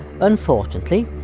Unfortunately